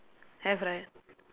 have right